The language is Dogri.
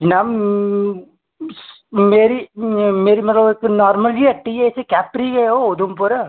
जनाब मेरी मेरी मतलब नार्मल जेही हट्टी ऐ मतलब कैपरी गै ऐ उधमपुर